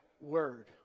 word